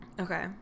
Okay